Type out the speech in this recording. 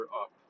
up